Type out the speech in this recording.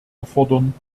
erfordern